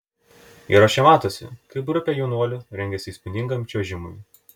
įraše matosi kaip grupė jaunuolių rengiasi įspūdingam čiuožimui